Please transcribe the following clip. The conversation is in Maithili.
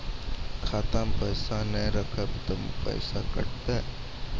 खाता मे पैसा ने रखब ते पैसों कटते?